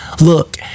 look